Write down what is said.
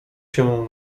się